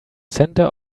center